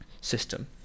system